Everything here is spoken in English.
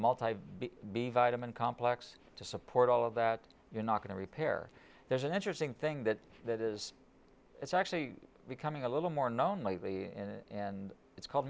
multi b vitamin complex to support all of that you're not going to repair there's an interesting thing that that is it's actually becoming a little more not only in it's called